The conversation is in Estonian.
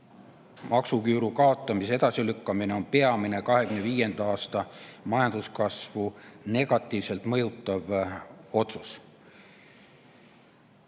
maksuküüru kaotamise edasilükkamine on peamine 2025. aasta majanduskasvu negatiivselt mõjutav otsus.